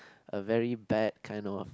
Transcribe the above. a very bad kind of